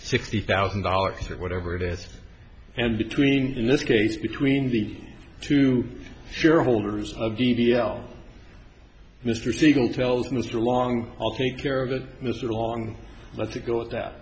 sixty thousand dollars or whatever this and between in this case between the two shareholders of d d l mr siegel tells mr long i'll take care of it mr long let it go at that